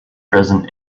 present